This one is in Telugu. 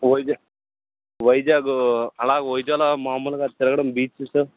వైజాగ్ వైజాగు అలా వైజాగ్లో మాములుగా తిరగడం బీచెస్సు